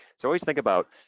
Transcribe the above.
so always think about